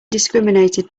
discriminated